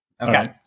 Okay